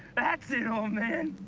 that's it, old man!